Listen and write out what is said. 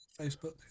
Facebook